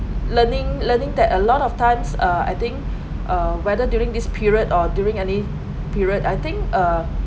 learning learning that a lot of times uh I think uh whether during this period or during any period I think uh